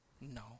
No